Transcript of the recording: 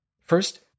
First